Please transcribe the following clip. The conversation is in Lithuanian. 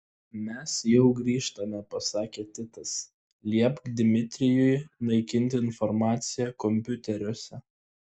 mes jau grįžtame pasakė titas liepk dmitrijui naikinti informaciją kompiuteriuose